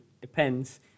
depends